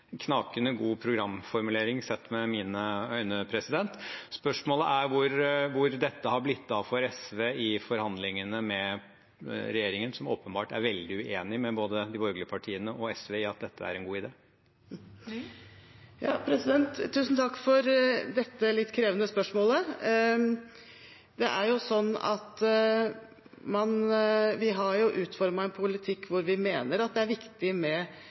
god programformulering, sett med mine øyne. Spørsmålet er hvor dette har blitt av for SV i forhandlingene med regjeringen, som åpenbart er veldig uenig med både de borgerlige partiene og SV i at dette er en god idé. Tusen takk for dette litt krevende spørsmålet. Det er jo sånn at vi har utformet en politikk hvor vi mener at det er viktig med